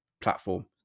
platform